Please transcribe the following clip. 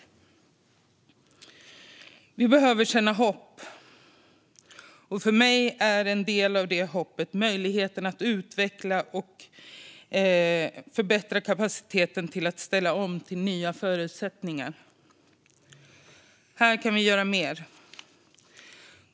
Vi behöver känna hopp. För mig är en del av hoppet möjligheten att utveckla och förbättra kapaciteten att ställa om till nya förutsättningar. Här kan vi göra mer.